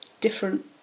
different